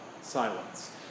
silence